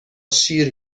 شیر